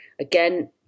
again